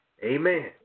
Amen